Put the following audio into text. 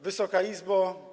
Wysoka Izbo!